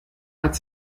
hat